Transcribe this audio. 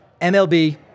MLB